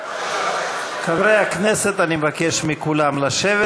חברי הכנסת, אני מבקש מכולם לשבת.